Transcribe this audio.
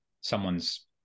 someone's